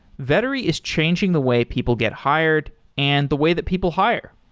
vettery is changing the way people get hired and the way that people hire.